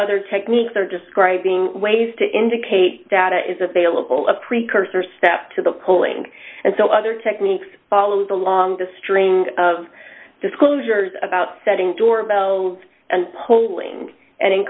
other techniques are describing ways to indicate data is available a precursor step to the polling and so other techniques follows along the string of disclosures about setting doorbell and polling and in